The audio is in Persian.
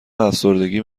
افسردگی